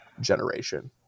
generation